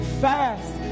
Fast